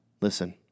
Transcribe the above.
listen